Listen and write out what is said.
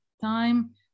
time